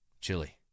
Chili